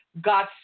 got